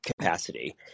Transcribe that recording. capacity